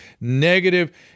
negative